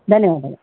ಧನ್ಯವಾದಗಳು